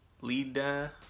Lida